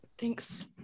thanks